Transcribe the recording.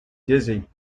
dizzy